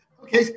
Okay